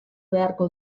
beharko